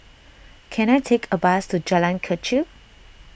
can I take a bus to Jalan Kechil